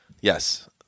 Yes